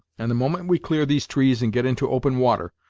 and the moment we clear these trees and get into open water,